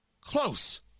close